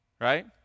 Right